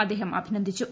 അദ്ദേഹം അഭിനന്ദിച്ചു